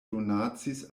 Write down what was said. donacis